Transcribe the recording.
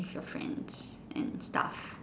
with your friends and stuff